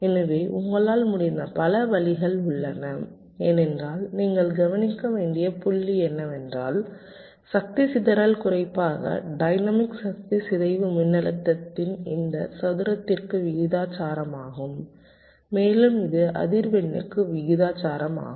எனவே உங்களால் முடிந்த பல வழிகள் உள்ளன ஏனென்றால் நீங்கள் கவனிக்க வேண்டிய புள்ளி என்னவென்றால் சக்தி சிதறல் குறிப்பாக டைனமிக் சக்தி சிதைவு மின்னழுத்தத்தின் இந்த சதுரத்திற்கு விகிதாசாரமாகும் மேலும் இது அதிர்வெண்ணுக்கு விகிதாசாரமாகும்